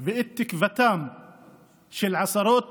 ואת תקוותם של עשרות